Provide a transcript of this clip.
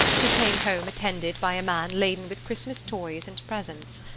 who came home attended by a man laden with christmas toys and presents.